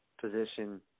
position